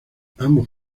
ambos